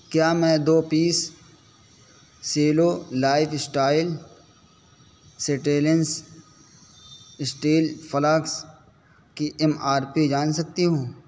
کیا میں دو piece Cello lifestyle stainless steel flask کی ایم آر پی جان سکتی ہوں